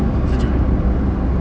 sejuk ya